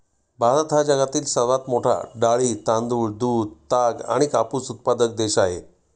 भारत हा जगातील सर्वात मोठा डाळी, तांदूळ, दूध, ताग आणि कापूस उत्पादक देश आहे